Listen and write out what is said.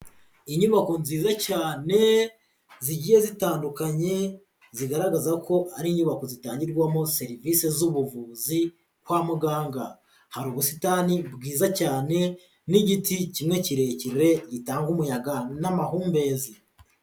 Inyubako nziza cyane, zigiye zitandukanye, zigaragaza ko ari inyubako zitangirwamo serivisi z'buvuzi kwa muganga. Hari ubusitani bwiza cyane, n'igiti kimwe kirekirere gitanga umuyaga n'amahumbezi.